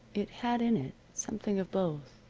it had in it something of both,